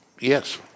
Yes